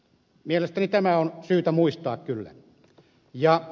mielestäni tämä on syytä muistaa kyllä